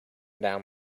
down